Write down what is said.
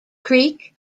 creek